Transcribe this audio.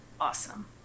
Awesome